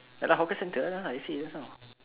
ya lah hawker centre you said just now